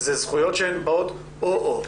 אלה זכויות שהן באות או-או.